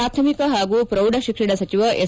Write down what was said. ಪ್ರಾಥಮಿಕ ಹಾಗೂ ಪ್ರೌಢಶಿಕ್ಷಣ ಸಚಿವ ಎಸ್